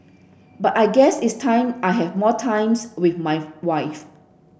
but I guess it's time I have more times with my wife